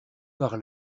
par